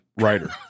writer